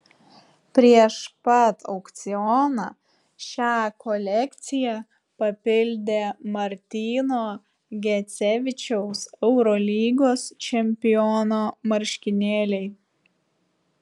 prieš pat aukcioną šią kolekciją papildė martyno gecevičiaus eurolygos čempiono marškinėliai